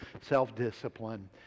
self-discipline